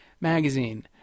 magazine